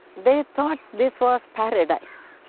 they thought this was paradise.